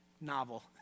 Novel